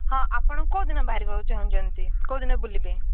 ହଁ ଆପଣ କେଉଁଦିନ ବାହାରିବାକୁ ଚାହୁଁଛନ୍ତି କେଉଁଦିନ ବୁଲିବେ